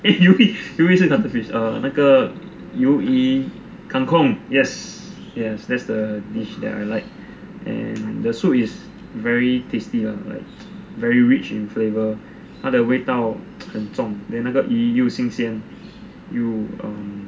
eh 鱿鱼是鱿鱼是 cuttle fish err 那个鱿鱼 kangkong ah that's the dish that I like and the soup is very tasty lah very rich in flavour 他的味道很重 then 那个鱼又新鲜又 err